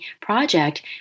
project